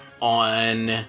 on